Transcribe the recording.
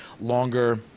longer